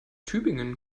tübingen